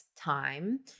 time